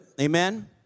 Amen